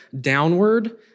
downward